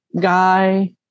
guy